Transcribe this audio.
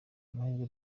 amahirwe